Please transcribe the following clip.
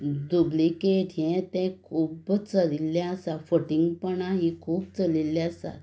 duplicate हें तें खूब्ब चलिल्लें आसा फटींगपणां हीं खूब चलिल्लीं आसात